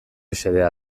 xedea